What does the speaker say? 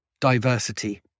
diversity